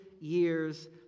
years